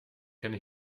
kenne